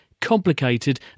complicated